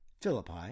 Philippi